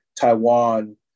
Taiwan